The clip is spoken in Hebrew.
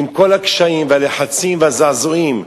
עם כל הקשיים והלחצים והזעזועים,